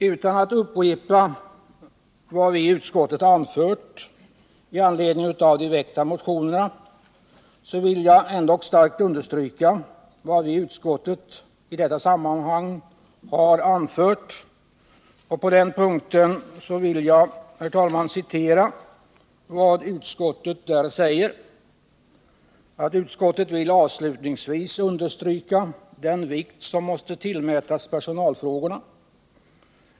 Utan att upprepa vad vi i utskottet har anfört med anledning av de väckta motionerna vill jag ändock starkt understryka vad utskottet framhållit på den här punkten. Utskottet skriver: ”Utskottet vill avslutningsvis understryka den vikt som måste tillmätas personalfrågorna.